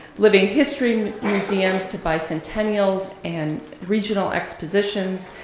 living history museums to bicentennials and regional expositions,